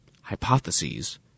Hypotheses